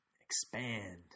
expand